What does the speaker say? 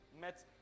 met